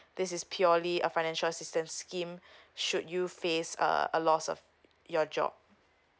this is purely uh financial system scheme should you face uh a loss of your job